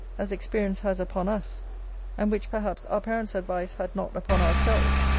as experience has upon us and which, perhaps, our parents' advice had not upon ourselves,